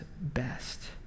best